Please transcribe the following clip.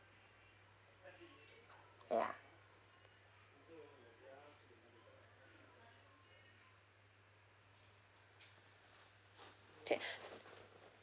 ya okay